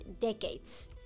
decades